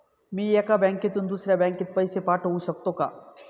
मी एका बँकेतून दुसऱ्या बँकेत पैसे पाठवू शकतो का?